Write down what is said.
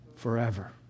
Forever